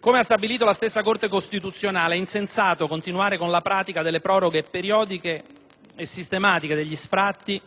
Come ha stabilito la stessa Corte costituzionale, è insensato continuare con la pratica delle proroghe periodiche e sistematiche degli sfratti